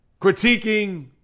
critiquing